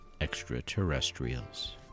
extraterrestrials